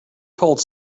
called